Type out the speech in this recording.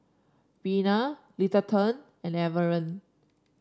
Reyna Littleton and Everett